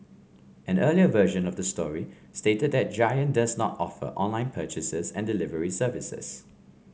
an earlier version of the story stated that Giant does not offer online purchase and delivery services